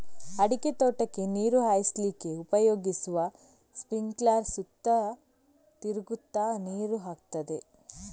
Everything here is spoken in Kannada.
ಅಡಿಕೆ ತೋಟಕ್ಕೆ ನೀರು ಹಾಯಿಸ್ಲಿಕ್ಕೆ ಉಪಯೋಗಿಸುವ ಸ್ಪಿಂಕ್ಲರ್ ಸುತ್ತ ತಿರುಗ್ತಾ ನೀರು ಹಾಕ್ತದೆ